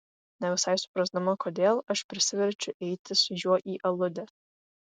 ne visai suprasdama kodėl aš prisiverčiu eiti su juo į aludę